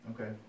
Okay